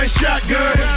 shotgun